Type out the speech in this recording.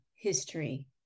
history